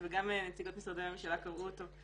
וגם נציגות משרדי הממשלה קראו אותו,